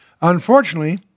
Unfortunately